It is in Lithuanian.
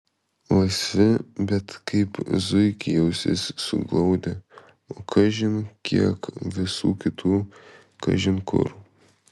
laisvi bet kaip zuikiai ausis suglaudę o kažin kiek visų kitų kažin kur